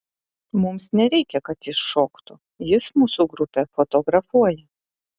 mums nereikia kad jis šoktų jis mūsų grupę fotografuoja